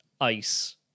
ice